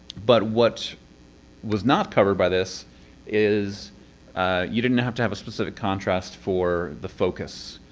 but what was not covered by this is you didn't have to have a specific contrast for the focus,